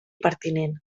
pertinent